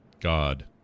God